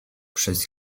przez